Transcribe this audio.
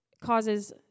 causes